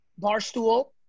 Barstool